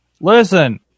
listen